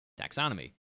Taxonomy